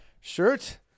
Shirt